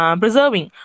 preserving